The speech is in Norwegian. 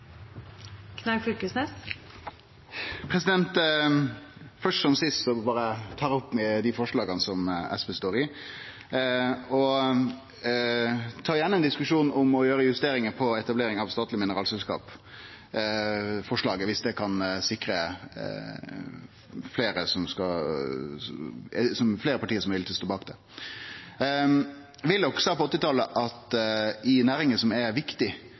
gong ei. Først som sist vil eg berre ta opp forslaget frå SV, og eg tar gjerne ein diskusjon om å gjere justeringar på forslaget om etablering av statlege mineralselskap, viss det kan sikre at fleire parti vil stå bak det. Willoch sa på 1980-talet at i næringar som er